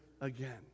again